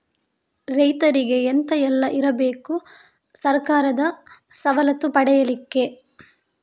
ರೈತರಿಗೆ ಎಂತ ಎಲ್ಲ ಇರ್ಬೇಕು ಸರ್ಕಾರದ ಸವಲತ್ತು ಪಡೆಯಲಿಕ್ಕೆ?